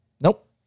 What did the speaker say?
Nope